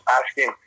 asking